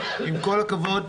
עם כל הכבוד,